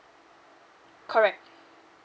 correct